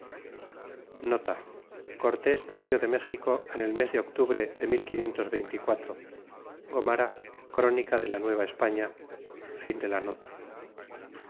cortés partió de méxico en el mes de octubre de goniara crónica de la nace